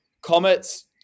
Comet's